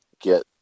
get